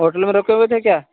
hotel میں رکے ہوئے تھے کیا